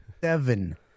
seven